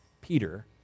Peter